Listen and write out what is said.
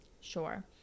Sure